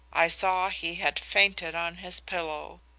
i saw he had fainted on his pillow.